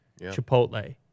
Chipotle